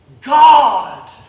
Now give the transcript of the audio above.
God